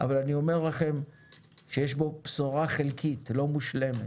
אבל אני אומר לכם שיש בו בשורה חלקית, לא מושלמת.